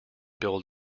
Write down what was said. build